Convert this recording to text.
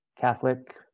Catholic